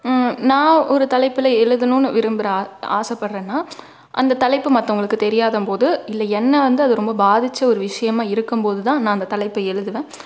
நான் ஒரு தலைப்பில் எழுதணும்னு விரும்புகிற ஆ ஆசைப்படுறன்னா அந்த தலைப்பு மத்தவங்களுக்கு தெரியாதும்போது இல்லை என்ன வந்து அது ரொம்ப பாதித்த ஒரு விஷயமா இருக்கும்போது தான் நான் அந்த தலைப்பை எழுதுவேன்